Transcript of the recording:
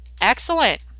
excellent